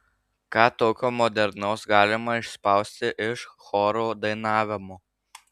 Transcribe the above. ką tokio modernaus galima išspausti iš choro dainavimo